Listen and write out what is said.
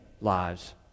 lives